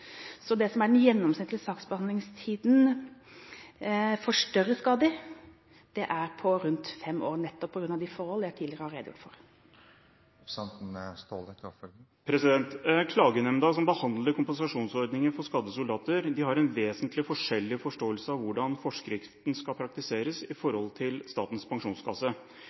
Den gjennomsnittlige saksbehandlingstiden for større skader er på rundt fem år, nettopp på grunn av de forhold jeg tidligere har redegjort for. Klagenemnda som behandler kompensasjonsordningen for skadde soldater, har en vesentlig forskjellig forståelse av hvordan forskriften skal praktiseres i forhold til Statens pensjonskasse.